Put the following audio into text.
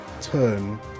turn